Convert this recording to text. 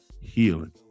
healing